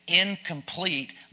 incomplete